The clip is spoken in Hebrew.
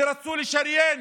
שרצו לשריין